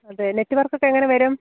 അതെ നെറ്റ്വര്ക്ക് ഒക്കെ എങ്ങനെ വരും